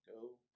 go